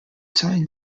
tighten